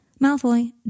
Malfoy